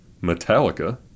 Metallica